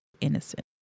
innocent